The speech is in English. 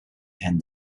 and